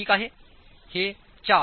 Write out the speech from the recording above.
ठीक आहे हे4